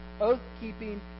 oath-keeping